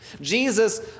jesus